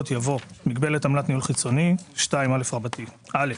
יבוא: "מגבלת עמלת ניהול חיצוני 2א. (א)